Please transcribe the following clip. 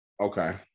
Okay